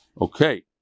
Okay